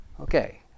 Okay